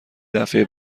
دفعه